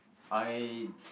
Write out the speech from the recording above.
I